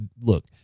look